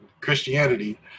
Christianity